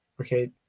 okay